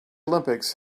olympics